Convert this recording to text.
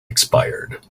expired